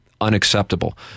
Unacceptable